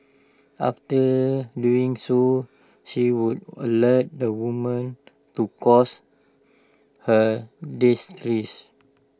after doing so she would alert the woman to cause her distress